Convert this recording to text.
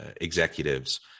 executives